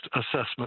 assessment